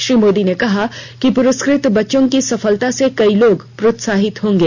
श्री मोदी ने कहा कि प्रस्कृत बच्चों की सफलता से कई लोग प्रोत्साहित होंगे